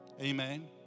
Amen